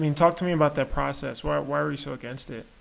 i mean talk to me about that process. why why were you so against it?